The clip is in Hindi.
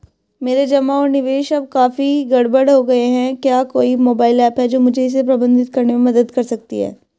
मेरे जमा और निवेश अब काफी गड़बड़ हो गए हैं क्या कोई मोबाइल ऐप है जो मुझे इसे प्रबंधित करने में मदद कर सकती है?